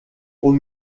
aux